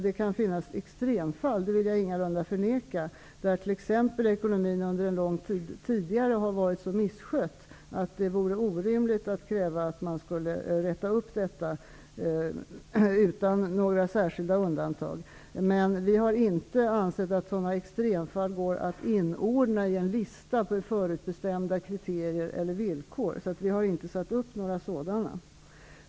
Det kan finnas extremfall -- det vill jag ingalunda förneka -- där t.ex. ekonomin under en lång tid tidigare har varit så misskött att det vore orimligt att kräva att man skulle klara upp den utan några särskilda undantag. Vi har inte ansett att sådana extremfall går att inordna på en lista med förutbestämda kriterier eller villkor, och vi har därför inte gjort någon sådan lista.